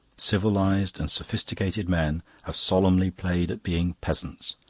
civilised and sophisticated men have solemnly played at being peasants.